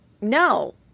no